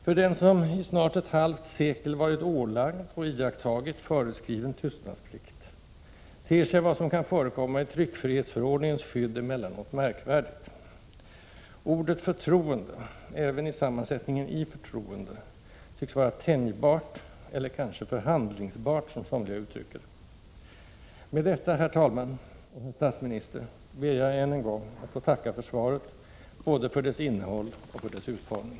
För den som i snart ett halvt sekel varit ålagd — och iakttagit — föreskriven tystnadsplikt ter sig vad som kan förekomma i tryckfrihetsförordningens skydd emellanåt märkvärdigt. Ordet förtroende — även i sammansättningen ”i förtroende” — tycks vara tänjbart, eller kanske förhandlingsbart, som somliga uttrycker det. Med detta, herr talman och herr statsminister, ber jag än en gång att få tacka för svaret: både för dess innehåll och för dess utformning.